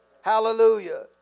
Hallelujah